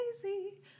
crazy